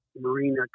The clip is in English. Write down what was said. marina